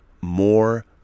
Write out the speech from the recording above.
more